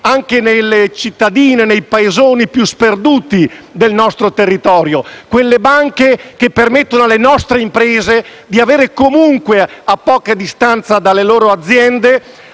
anche nelle cittadine e nei «paesoni» più sperduti del nostro territorio; quelle banche che permettono alle nostre imprese di avere comunque, a poca distanza dalle loro aziende